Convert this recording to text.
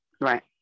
right